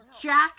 Jack